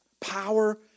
power